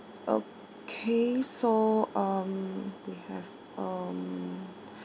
okay so um we have um